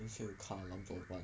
等一下有 car alarm 怎么办